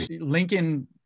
Lincoln